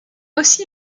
aussi